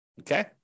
okay